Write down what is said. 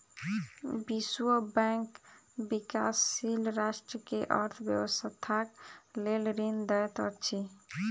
विश्व बैंक विकाशील राष्ट्र के अर्थ व्यवस्थाक लेल ऋण दैत अछि